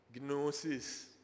gnosis